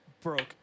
Broke